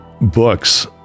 books